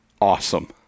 Awesome